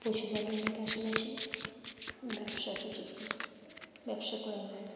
পশুপালনের পাশাপাশি ব্যবসা কিছু কি ব্যবসা করা যায়